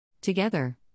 Together